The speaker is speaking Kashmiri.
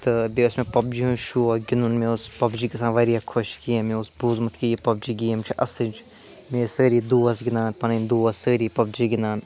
تہٕ بیٚیہِ اوس مےٚ پَب جی ہُنٛد شوق گِنٛدُن مےٚ اوس پَب جی گژھان واریاہ خۄش گیم مےٚ اوس بوٗزمُت کہِ یہِ پَب جی گیم چھِ اَسٕج مےٚ ٲسۍ سٲری دۄس گِنٛدان پَنٕنۍ دۄس سٲری پَب جی گِنٛدان